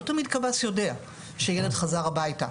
לא תמיד קב"ס יודע שילד חזר הביתה,